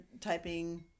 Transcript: typing